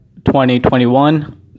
2021